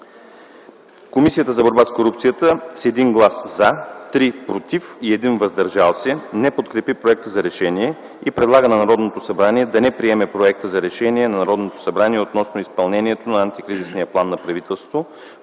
конфликт на интереси и парламентарна етика с 1 - „за”, 3 – „против” и 1 – „въздържал се”, не подкрепи Проекта за решение и предлага на Народното събрание да не приеме Проекта за решение на Народното събрание относно изпълнението на Антикризисния план на правителството,